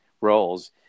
roles